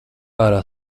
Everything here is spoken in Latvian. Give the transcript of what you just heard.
ārā